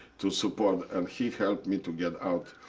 to support. and he helped me to get out.